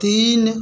तीन